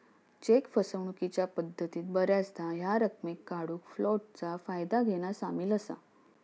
check फसवणूकीच्या पद्धतीत बऱ्याचदा ह्या रकमेक काढूक फ्लोटचा फायदा घेना सामील असा